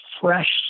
fresh